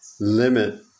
limit